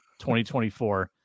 2024